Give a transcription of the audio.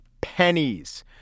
Pennies